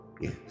yes